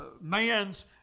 man's